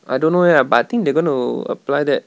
I don't know eh but I think they're going to apply that